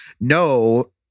no